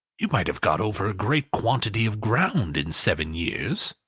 you might have got over a great quantity of ground in seven years,